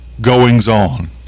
goings-on